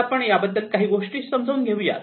आता आपण याबद्दल काही गोष्टी समजून घेऊया